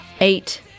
Eight